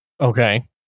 Okay